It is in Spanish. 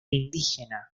indígena